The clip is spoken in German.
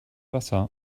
wasser